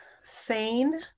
Sane